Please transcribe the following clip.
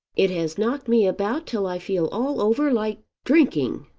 it has knocked me about till i feel all over like drinking.